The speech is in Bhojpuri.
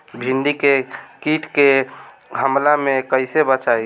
भींडी के कीट के हमला से कइसे बचाई?